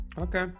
Okay